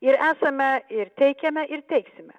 ir esame ir teikiame ir teiksime